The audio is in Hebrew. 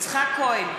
יצחק כהן,